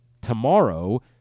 tomorrow